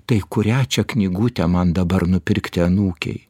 tai kurią čia knygutę man dabar nupirkti anūkei